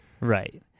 right